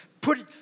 put